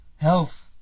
health